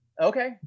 Okay